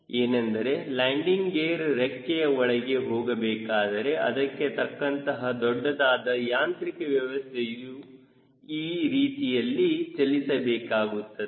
ಏನೆಂದರೆ landing gear ರೆಕ್ಕೆಯ ಒಳಗೆ ಹೋಗಬೇಕಾದರೆ ಅದಕ್ಕೆ ತಕ್ಕಂತಹ ದೊಡ್ಡದಾದ ಯಾಂತ್ರಿಕ ವ್ಯವಸ್ಥೆಯು ಈ ರೀತಿಯಲ್ಲಿ ಚಲಿಸಬೇಕಾಗುತ್ತದೆ